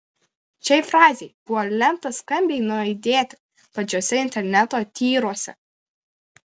šiai frazei buvo lemta skambiai nuaidėti plačiuose interneto tyruose